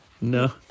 No